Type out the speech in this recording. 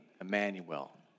Emmanuel